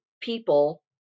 people